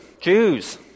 Jews